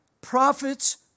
prophets